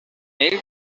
ell